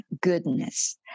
goodness